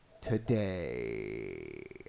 today